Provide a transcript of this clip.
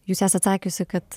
jūs esat sakiusi kad